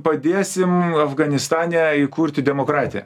padėsim afganistane įkurti demokratiją